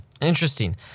Interesting